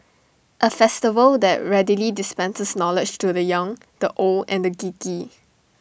A festival that readily dispenses knowledge to the young the old and the geeky